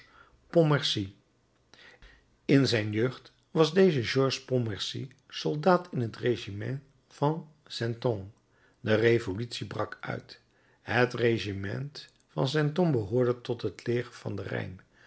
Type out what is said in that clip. pontmercy in zijn jeugd was deze georges pontmercy soldaat in het regiment van saintonge de revolutie brak uit het regiment van saintonge behoorde tot het leger van den rijn